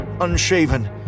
unshaven